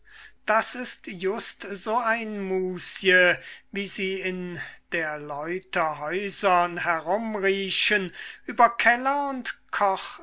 das ist just so ein musje wie sie in der leute häusern herumriechen über keller und koch